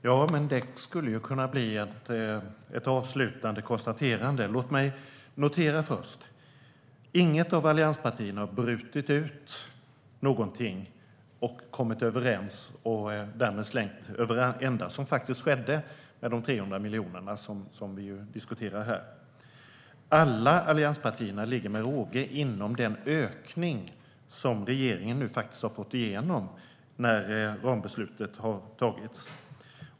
Herr talman! Ja, det skulle kunna bli ett avslutande konstaterande. Låt mig först notera något. Inget av allianspartierna har brutit ut någonting och kommit överens och därmed slängt detta över ända, som faktiskt skedde med de 300 miljoner som vi diskuterar här. Alla allianspartier ligger med god marginal inom den ökning som regeringen nu faktiskt har fått igenom när rambeslutet har tagits.